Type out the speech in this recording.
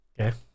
Okay